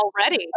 Already